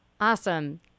Awesome